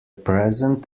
present